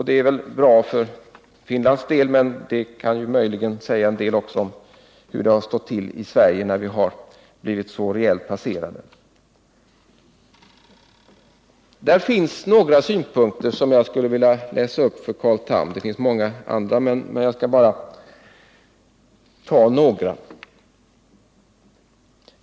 Det är väl bra för Finlands del, men det kan möjligen också säga en del om hur det har stått till i Sverige, när vi blivit så rejält passerade. I den finska utredningen finns några synpunkter som jag vill delge Carl Tham.